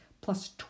plus